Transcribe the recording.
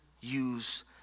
use